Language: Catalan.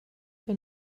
que